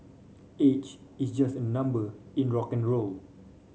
age is just a number in rock n roll